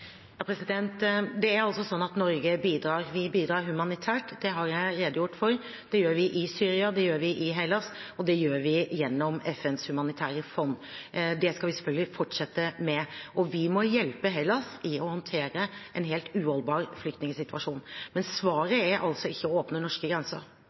altså sånn at Norge bidrar. Vi bidrar humanitært – det har jeg redegjort for – i Syria, i Hellas og gjennom FNs humanitære fond. Det skal vi selvfølgelig fortsette med. Vi må hjelpe Hellas med å håndtere en helt uholdbar flyktningsituasjon, men svaret er ikke å åpne norske grenser.